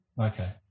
Okay